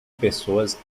pessoas